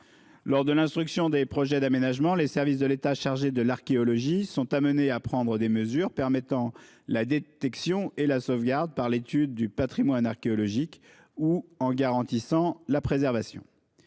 Lors de l'instruction des projets d'aménagement, les services de l'État chargés de l'archéologie sont amenés à prendre des mesures permettant la détection et la sauvegarde, par l'étude, du patrimoine archéologique ou en garantissant sa préservation.